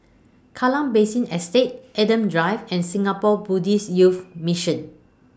Kallang Basin Estate Adam Drive and Singapore Buddhist Youth Mission